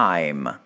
Time